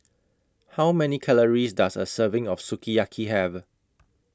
How Many Calories Does A Serving of Sukiyaki Have